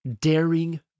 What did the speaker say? Daring